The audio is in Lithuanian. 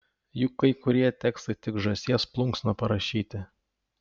juk kai kurie tekstai tik žąsies plunksna parašyti